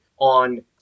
on